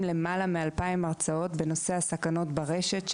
למעלה מ- 2,000 הרצאות בנושא הסכנות ברשת,